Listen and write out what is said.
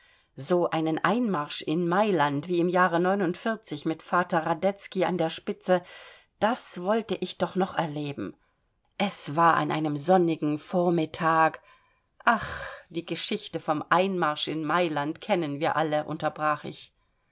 so einen einmarsch in mailand wie im jahre mit vater radetzky an der spitze das wollte ich doch noch erleben es war an einem sonnigen vormittag ach die geschichte vom einmarsch in mailand kennen wir alle unterbrach ich